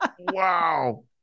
Wow